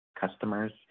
customers